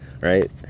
Right